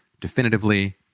definitively